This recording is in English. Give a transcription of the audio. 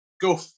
go